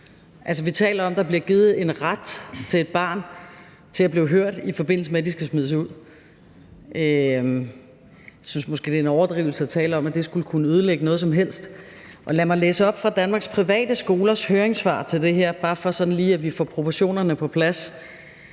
vi taler om, at der bliver givet en ret til et barn til at blive hørt, i forbindelse med at det skal smides ud. Jeg synes, at det måske er en overdrivelse at tale om, at det skulle kunne ødelægge noget som helst. Og lad mig læse op fra Danmarks Private Skolers høringssvar til det her, bare for at vi sådan lige får proportionerne på plads.